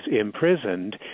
imprisoned